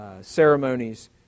ceremonies